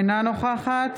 אינה נוכחת